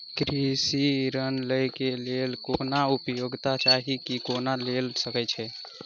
कृषि ऋण लय केँ लेल कोनों योग्यता चाहि की कोनो लय सकै है?